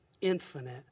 infinite